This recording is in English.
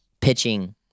Pitching